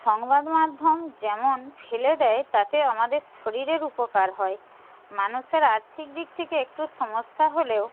সংবাদমাধ্যম যেমন ফেলে দেয় তাতেও আমাদের শরীরের উপকার হয় মানুষের আর্থিক দিক থেকে একটু সমস্যা হলেও